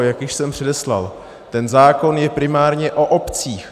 Jak již jsem předeslal, ten zákon je primárně o obcích.